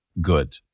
Good